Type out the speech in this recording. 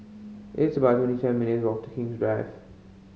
it's about twenty seven minutes' walk to King's Drive